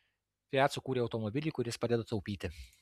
fiat sukūrė automobilį kuris padeda taupyti